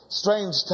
strange